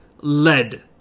Lead